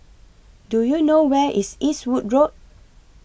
Do YOU know Where IS Eastwood Road